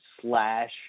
slash